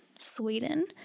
Sweden